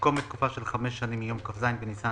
במקום "בתקופה של חמש שנים מיום כ"ז בניסן